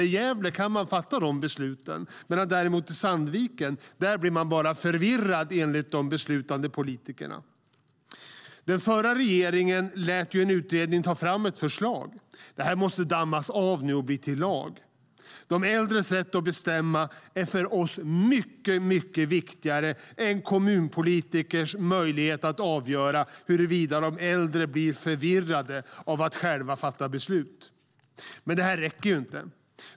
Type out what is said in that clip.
I Gävle kan de fatta sådana beslut, men i Sandviken blir de bara förvirrade, enligt de beslutande politikerna. Den förra regeringen lät en utredning ta fram ett förslag. Det måste nu dammas av och bli till lag. De äldres rätt att bestämma är för oss mycket viktigare än kommunpolitikers möjlighet att avgöra huruvida de äldre blir förvirrade av att själva fatta beslut. Men det räcker inte.